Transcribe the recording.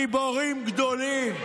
גיבורים גדולים.